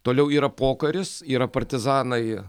toliau yra pokaris yra partizanai